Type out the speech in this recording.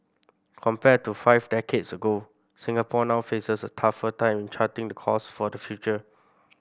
compared to five decades ago Singapore now faces a tougher time in charting the course for the future